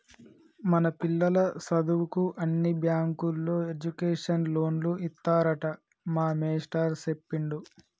మన పిల్లల సదువుకు అన్ని బ్యాంకుల్లో ఎడ్యుకేషన్ లోన్లు ఇత్తారట మా మేస్టారు సెప్పిండు